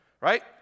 right